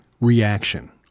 reaction